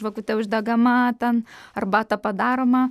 žvakutė uždegama ten arbata padaroma